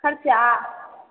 खर्चा